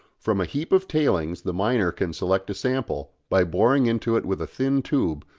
from a heap of tailings the miner can select a sample, by boring into it with a thin tube,